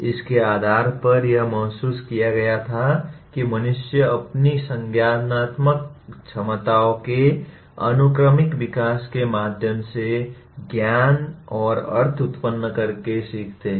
इसके आधार पर यह महसूस किया गया था कि मनुष्य अपनी संज्ञानात्मक क्षमताओं के अनुक्रमिक विकास के माध्यम से ज्ञान और अर्थ उत्पन्न करके सीखते हैं